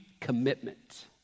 commitment